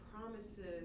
promises